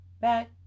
back